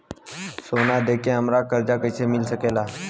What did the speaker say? सोना दे के हमरा कर्जा कईसे मिल सकेला?